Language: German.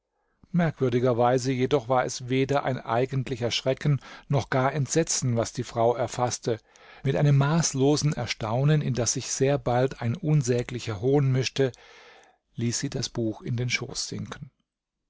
merkwürdigerweise jedoch war es weder ein eigentlicher schrecken noch gar entsetzen was die frau erfaßte mit einem maßlosen erstaunen in das sich sehr bald ein unsäglicher hohn mischte ließ sie das buch in den schoß sinken